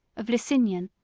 of lusignan,